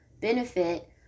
benefit